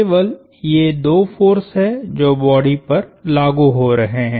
केवल ये दो फोर्स हैं जो बॉडी पर लागु हो रहे हैं